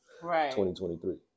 2023